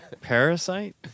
Parasite